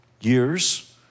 years